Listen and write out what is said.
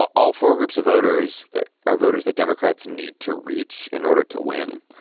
all all four groups of voters are voters that democrats need to reach in order to win,